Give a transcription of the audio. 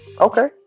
Okay